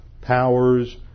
powers